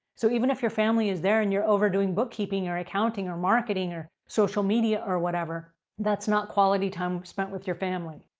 so even if your family is there and you're over doing bookkeeping or accounting or marketing or social media or whatever that's not quality time spent with your family.